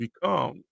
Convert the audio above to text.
become